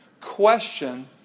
question